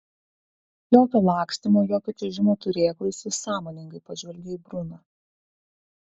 jokio lakstymo jokio čiuožimo turėklais jis sąmoningai pažvelgė į bruną